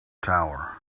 tower